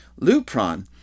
Lupron